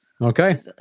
Okay